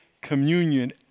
communion